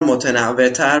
متنوعتر